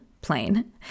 plain